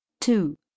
two